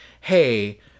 hey